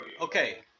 okay